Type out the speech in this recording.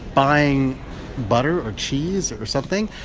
buying butter or cheese or something.